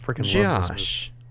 Josh